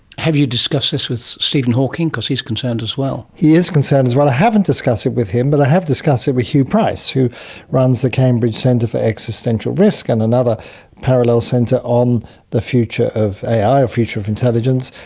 have you discussed this with stephen hawking? because he's concerned as well. he is concerned as well. i haven't discussed it with him but i have discussed it with huw price who runs the cambridge centre for existential risk and another parallel centre on the future of ai or future of intelligence.